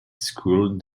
school